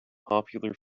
popular